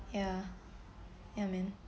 ya ya man